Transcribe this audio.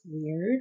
weird